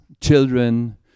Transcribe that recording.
children